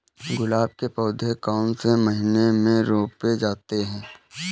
गुलाब के पौधे कौन से महीने में रोपे जाते हैं?